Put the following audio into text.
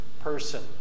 person